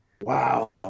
wow